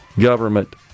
government